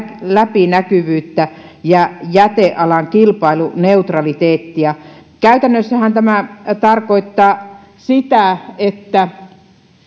läpinäkyvyyttä ja jätealan kilpailuneutraliteettia käytännössähän tämä tarkoittaa sitä että